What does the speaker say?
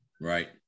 Right